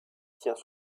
tient